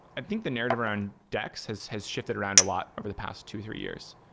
i think the narrative around dex has has shifted around a lot over the past two, three years.